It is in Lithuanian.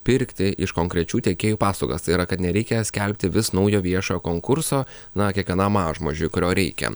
pirkti iš konkrečių tiekėjų paslaugas tai yra kad nereikia skelbti vis naujo viešo konkurso na kiekvienam mažmožiui kurio reikia